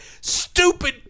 stupid